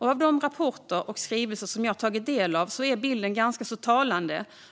I de rapporter och skrivelser jag tagit del av är bilden ganska talande.